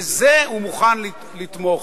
בזה הוא מוכן לתמוך.